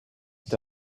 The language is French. est